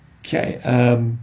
okay